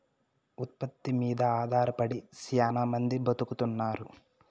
ఉత్పత్తి మీద ఆధారపడి శ్యానా మంది బతుకుతున్నారు